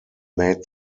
made